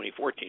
2014